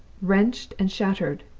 wrenched and shattered,